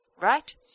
right